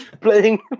Playing